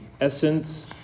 essence